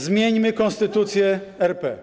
Zmieńmy Konstytucję RP.